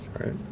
right